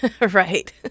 Right